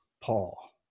Paul